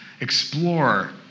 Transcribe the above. explore